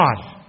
God